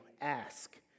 ask